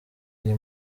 iyi